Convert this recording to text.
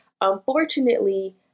Unfortunately